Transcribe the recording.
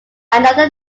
another